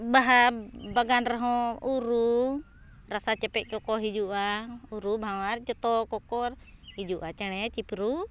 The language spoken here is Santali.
ᱵᱟᱦᱟ ᱵᱟᱜᱟᱱ ᱨᱮᱦᱚᱸ ᱩᱨᱩ ᱨᱟᱥᱟ ᱪᱮᱯᱮᱡ ᱠᱚᱠᱚ ᱦᱤᱡᱩᱜᱼᱟ ᱩᱨᱩ ᱵᱷᱟᱶᱟᱨ ᱡᱚᱛᱚ ᱠᱚᱠᱚᱨ ᱦᱤᱡᱩᱜᱼᱟ ᱪᱮᱬᱮ ᱪᱤᱯᱨᱩ